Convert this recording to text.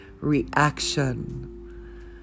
reaction